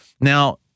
Now